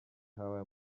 habaye